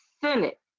Senate